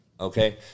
Okay